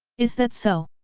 is that so?